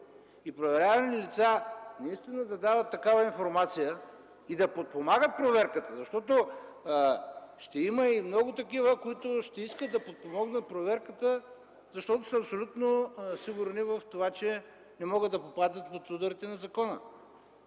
и проверявани лица наистина да дават такава информация и да подпомагат проверката, защото ще има и много такива, които ще искат да подпомогнат проверката, тъй като са абсолютно сигурни в това, че не могат да попаднат под ударите на закона,